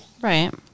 right